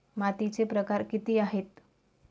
मातीचे प्रकार किती आहेत?